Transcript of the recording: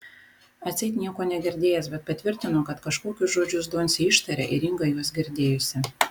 atseit nieko negirdėjęs bet patvirtino kad kažkokius žodžius doncė ištarė ir inga juos girdėjusi